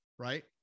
right